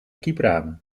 kiepramen